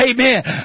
Amen